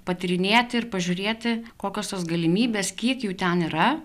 patyrinėti ir pažiūrėti kokios tos galimybės kiek jų ten yra